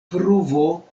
pruvo